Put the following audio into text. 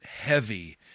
heavy